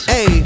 Hey